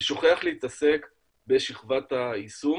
ושוכח להתעסק בשכבת היישום